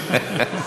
לא שמעתי.